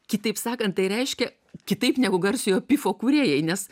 kitaip sakant tai reiškia kitaip negu garsiojo pifo kūrėjai nes